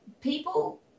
people